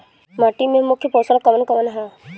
माटी में मुख्य पोषक कवन कवन ह?